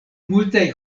multaj